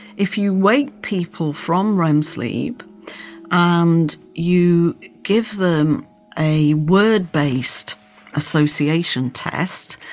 if you wake people from rem sleep and you give them a word-based association test,